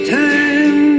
time